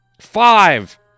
five